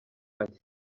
ati